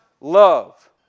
love